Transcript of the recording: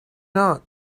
not